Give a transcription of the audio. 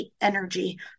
energy